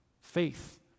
faith